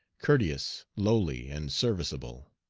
courteous, lowly, and serviceable.